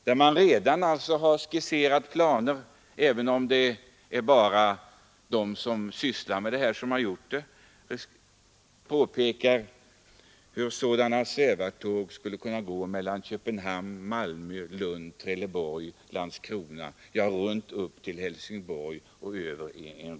Man har redan skisserat planer för hur sådana svävartåg skulle kunna gå mellan Köpenhamn, Malmö, Lund, Trelleborg, Landskrona och upp till Helsingborg i en cirkel.